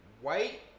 white